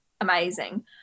amazing